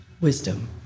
Wisdom